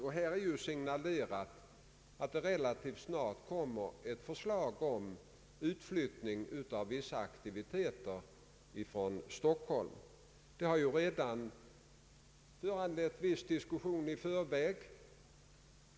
Det har signalerats att det relativt snart kommer förslag om utflyttning av vissa aktiviteter från Stockholm, vilket redan åstadkommit en viss diskussion.